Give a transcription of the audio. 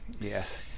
Yes